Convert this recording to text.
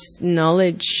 knowledge